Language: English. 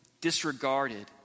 disregarded